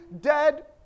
dead